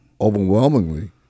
overwhelmingly